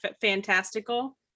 fantastical